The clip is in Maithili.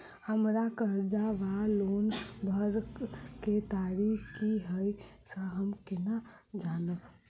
हम्मर कर्जा वा लोन भरय केँ तारीख की हय सँ हम केना जानब?